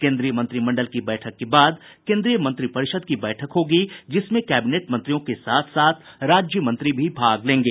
केंद्रीय मंत्रिमंडल की बैठक के बाद केंद्रीय मंत्रिपरिषद की बैठक होगी जिसमें कैबिनेट मंत्रियों के साथ साथ राज्य मंत्री भी भाग लेंगे